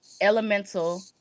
Elemental